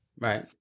Right